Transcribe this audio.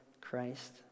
Christ